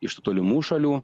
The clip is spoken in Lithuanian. iš tolimų šalių